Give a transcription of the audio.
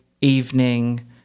evening